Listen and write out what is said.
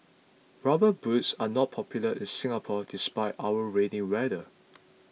rubber boots are not popular in Singapore despite our rainy weather